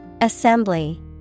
Assembly